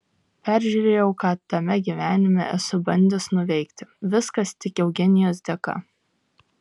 peržiūrėjau ką tame gyvenime esu bandęs nuveikti viskas tik eugenijos dėka